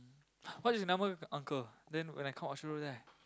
what is number uncle then when I come Orchard-Road then I